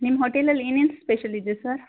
ನಿಮ್ಮ ಹೋಟೆಲಲ್ಲಿ ಏನೇನು ಸ್ಪೆಷಲ್ ಇದೆ ಸರ್